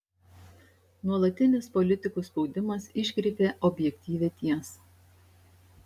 nuolatinis politikų spaudimas iškreipia objektyvią tiesą